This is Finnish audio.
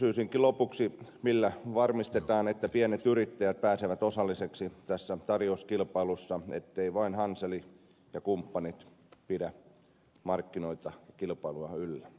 kysyisinkin lopuksi millä varmistetaan että pienet yrittäjät pääsevät osalliseksi tarjouskilpailussa etteivät vain hansel ja kumppanit pidä markkinoilla kilpailua yllä